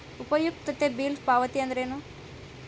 ಉಪಯುಕ್ತತೆ ಬಿಲ್ ಪಾವತಿ ಅಂದ್ರೇನು?